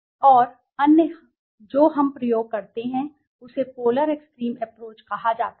और अन्य जो हम प्रयोग करते है उसे पोलर एक्सट्रीम एप्रोच कहा जाता है